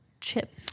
chip